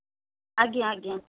ଆଜ୍ଞା ଆଜ୍ଞା